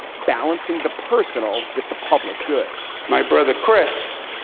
balancing the personal with the public good my brother chris